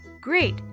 Great